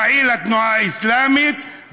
פעיל התנועה האסלאמית,